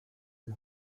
die